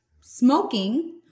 smoking